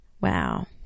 Wow